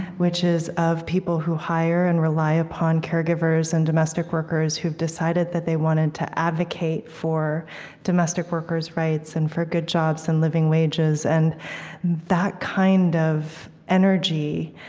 which is of people who hire and rely upon caregivers and domestic workers who've decided that they want to advocate for domestic workers' rights and for good jobs and living wages. and that kind of energy,